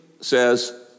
says